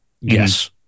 Yes